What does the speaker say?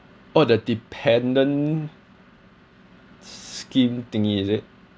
oh the dependent scheme thingy is it